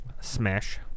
Smash